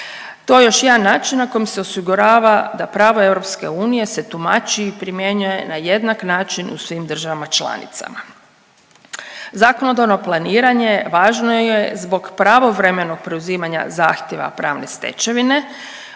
To je još jedan način na kojem se osigurava da prava EU se tumači i primjenjuje na jednak način u svim državama članicama. Zakonodavno planiranje važno je zbog pravovremenog preuzimanja zahtjeva pravne stečevine